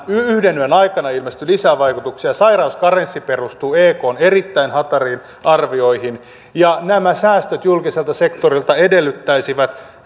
yhden yön aikana ilmestyi lisää vaikutuksia sairauskarenssi perustuu ekn erittäin hatariin arvioihin ja nämä säästöt julkiselta sektorilta edellyttäisivät